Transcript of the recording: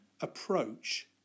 approach